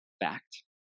fact